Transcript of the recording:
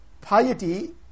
piety